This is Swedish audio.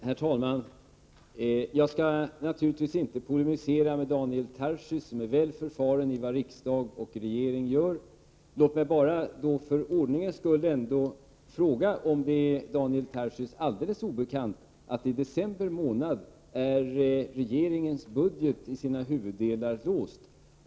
Herr talman! Jag skall naturligtvis inte polemisera mot Daniel Tarschys som är väl förfaren när det gäller vad riksdag och regering gör. Låt mig bara för ordningens skull ändå fråga om det är Daniel Tarschys helt obekant att regeringens budget i december månad är låst i sina huvuddelar.